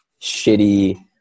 shitty